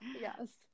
Yes